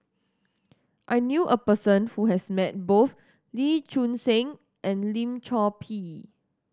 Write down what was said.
I knew a person who has met both Lee Choon Seng and Lim Chor Pee